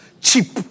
cheap